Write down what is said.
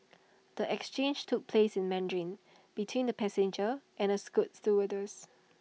the exchange took place in Mandarin between the passenger and A scoot stewardess